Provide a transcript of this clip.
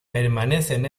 permanecen